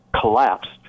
collapsed